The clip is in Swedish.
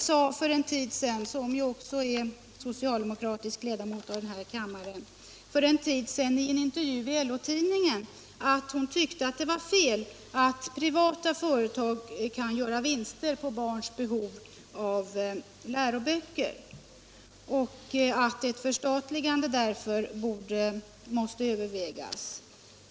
Maj Britt Theorin, som ju också är socialdemokratisk ledamot av kammaren, sade för en tid sedan i en intervju i LO-tidningen att hon tyckte att det var fel att privata företag kan göra vinster på barns behov av läroböcker och att ett förstatligande därför måste övervägas.